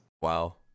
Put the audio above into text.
wow